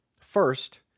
First